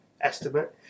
estimate